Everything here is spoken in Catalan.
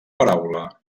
paraula